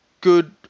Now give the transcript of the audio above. good